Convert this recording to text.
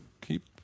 keep